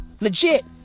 Legit